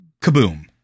kaboom